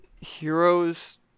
Heroes